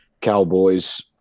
cowboys